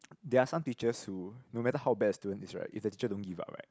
there are some teachers who no matter how bad a student is right if the teacher don't give up right